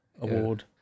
award